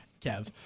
Kev